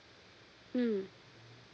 mm